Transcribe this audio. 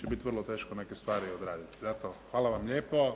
će bit vrlo teško neke stvari odraditi. Zato, hvala vam lijepo